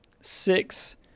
six